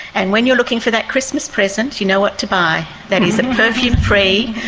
and when you are looking for that christmas present, you know what to buy that is a perfume-free,